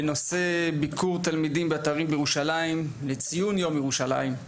בנושא: ביקור תלמידים באתרים בירושלים - לציון יום ירושלים.